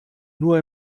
nur